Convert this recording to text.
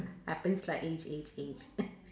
happens like age age age